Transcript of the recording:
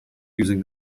using